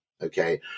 Okay